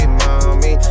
mommy